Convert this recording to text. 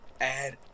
Add